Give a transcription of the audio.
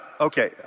Okay